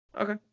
Okay